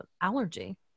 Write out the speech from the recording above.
allergy